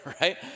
right